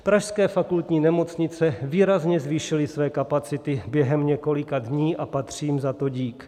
Pražské fakultní nemocnice výrazně zvýšily své kapacity během několika dní a patří jim za to dík.